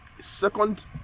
second